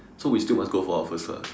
so we still must go for our first class